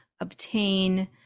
obtain